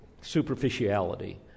superficiality